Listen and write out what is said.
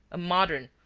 a modern,